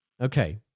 Okay